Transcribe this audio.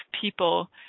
people